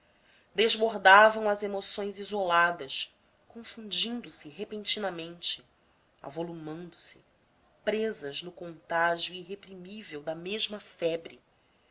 desbordavam as emoções isoladas confundindo se repentinamente avolumando se presas no contágio irreprimível da mesma febre